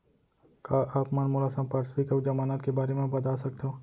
का आप मन मोला संपार्श्र्विक अऊ जमानत के बारे म बता सकथव?